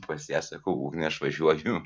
pas ją sakau ugne aš važiuoju